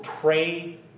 pray